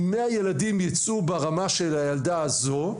אם 100 ילדים יצאו ברמה של הילדה הזו,